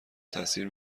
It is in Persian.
تاثیر